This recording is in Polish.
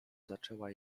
zaczęła